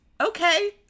okay